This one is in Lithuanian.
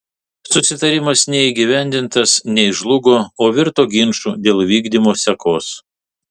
susitarimas nei įgyvendintas nei žlugo o virto ginču dėl vykdymo sekos